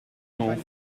cents